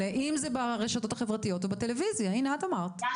עבור שכירות החוק האריך להן את תקופת דמי